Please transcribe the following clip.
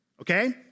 okay